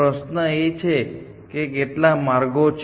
પણ પ્રશ્ન એ છે કે કેટલા માર્ગો છે